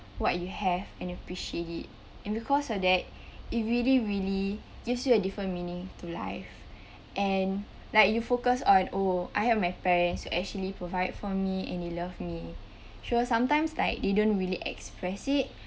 what you have and you appreciate it and because of that it really really gives you a different meaning to life and like you focus on oh I have my parents who actually provide for me and they love me sure sometimes like they don't really express it